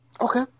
Okay